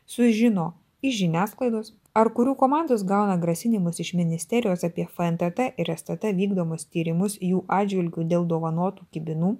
sužino iš žiniasklaidos ar kurių komandos gauna grasinimus iš ministerijos apie fntt ir stt vykdomus tyrimus jų atžvilgiu dėl dovanotų kibinų